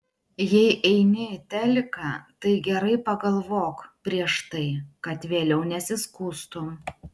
jei eini į teliką tai gerai pagalvok prieš tai kad vėliau nesiskųstum